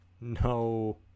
No